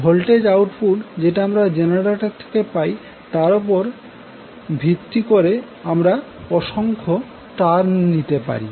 voltage output যেটা আমরা generator থেকে পেতে চাই তার ওপর ভিত্তি করে আমরা অসংখ্য টার্ন নিতে পারি